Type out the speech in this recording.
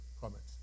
comments